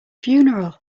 funeral